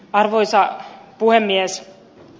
arvoisa puhemies